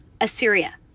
Assyria